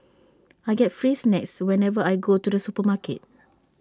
I get free snacks whenever I go to the supermarket